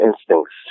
instincts